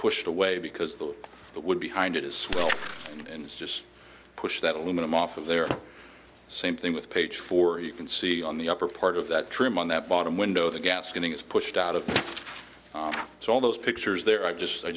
pushed away because the that would behind it is swell and it's just pushed that aluminum off of there same thing with page four you can see on the upper part of that trim on that bottom window the gas getting is pushed out of so all those pictures there i just i